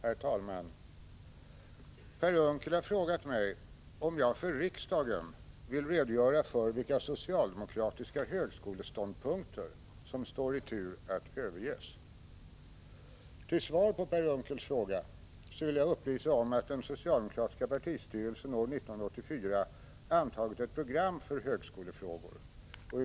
Herr talman! Per Unckel har frågat mig om jag för riksdagen vill redogöra för vilka socialdemokratiska högskoleståndpunkter som står i tur att överges. Till svar på Per Unckels fråga vill jag upplysa om att den socialdemokratiska partistyrelsen år 1984 antagit ett program för högskolefrågor.